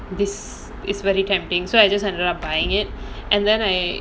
this is very tempting so I just ended up buying it and then I